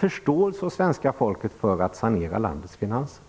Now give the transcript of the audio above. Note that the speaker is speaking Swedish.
förståelse hos svenska folket för att vi måste sanera landets finanser.